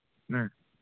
ꯎꯝ